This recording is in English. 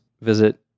visit